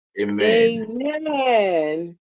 Amen